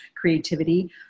creativity